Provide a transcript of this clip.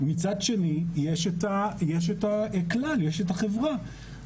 מצד שני, יש את הכלל, יש את החברה.